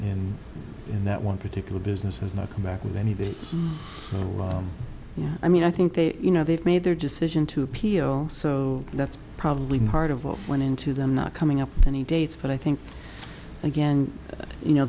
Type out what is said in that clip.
and in that one particular business has not come back with any that you know i mean i think they you know they've made their decision to appeal so that's probably part of what went into them not coming up with any dates but i think again you know